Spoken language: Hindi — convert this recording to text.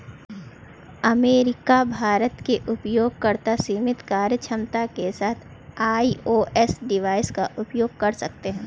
अमेरिका, भारत के उपयोगकर्ता सीमित कार्यक्षमता के साथ आई.ओ.एस डिवाइस का उपयोग कर सकते हैं